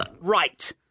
Right